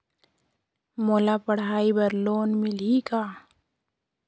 मोला पढ़ाई बर लोन मिलही का?